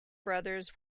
brothers